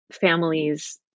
families